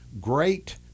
great